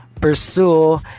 pursue